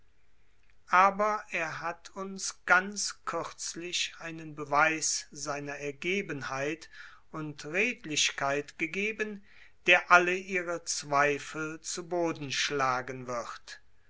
aber er hat uns ganz kürzlich einen beweis seiner ergebenheit und redlichkeit gegeben der alle ihre zweifel zu boden schlagen wird